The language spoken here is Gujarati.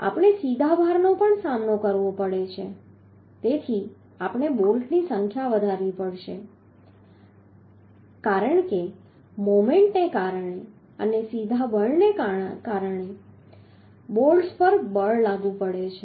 આપણે સીધા ભારનો પણ સામનો કરવો પડે છે તેથી આપણે બોલ્ટ્સની સંખ્યા વધારવી પડશે કારણ કે મોમેન્ટને કારણે અને સીધા બળને કારણે બોલ્ટ્સ પર બળ લાગુ પડે છે